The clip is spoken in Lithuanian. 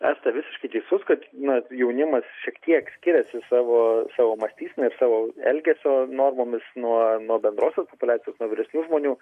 esate visiškai teisus kad na jaunimas šiek tiek skiriasi savo savo mąstysena savo elgesio normomis nuo nuo bendrosios populiacijos nuo vyresnių žmonių